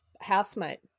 housemate